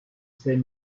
c’est